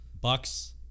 Bucks